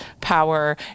power